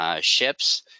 ships